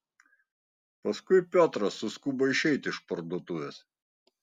paskui piotras suskubo išeiti iš parduotuvės